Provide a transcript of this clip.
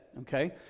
okay